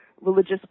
religious